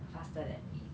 faster than me